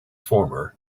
former